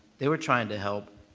they were trying to help.